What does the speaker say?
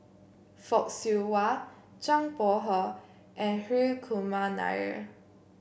Fock Siew Wah Zhang Bohe and Hri Kumar Nair